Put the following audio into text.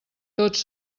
tots